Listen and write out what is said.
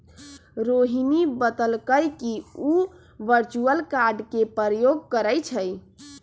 रोहिणी बतलकई कि उ वर्चुअल कार्ड के प्रयोग करई छई